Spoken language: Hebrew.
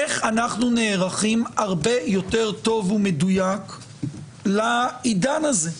איך אנחנו נערכים הרבה יותר טוב ומדויק לעידן הזה?